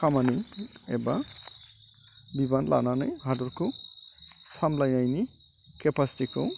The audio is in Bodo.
खामानि एबा बिबान लानानै हादरखौ सामब्लायनायनि केपासिटिखौ